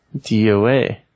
DOA